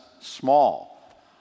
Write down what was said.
small